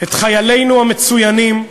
את חיילינו המצוינים,